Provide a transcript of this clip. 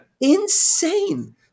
insane